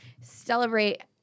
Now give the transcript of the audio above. celebrate